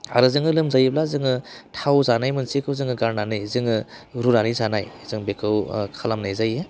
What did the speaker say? आरो जोङो लोमजायोब्ला जोङो थाव जानाय मोनसेखौ जोङो गारनानै जोङो रुनानै जानाय जों बेखौ खालामनाय जायो